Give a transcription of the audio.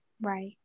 right